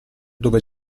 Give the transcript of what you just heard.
dove